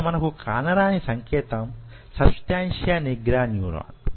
ఇక్కడ మనకు కానరాని సంకేతం సబ్ స్టాన్షియా నిగ్రా న్యూరాన్